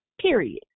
period